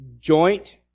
joint